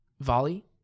Volley